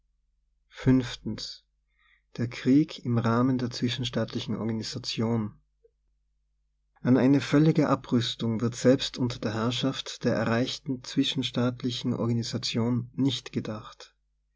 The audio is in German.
der krieg im rahmen der zwischenstaatlichen organisation an eine völlige abrüstung wird selbst unter der herrschaft der erreichten zwischenstaatlichen organ sation nicht gedacht